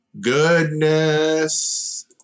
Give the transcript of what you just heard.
Goodness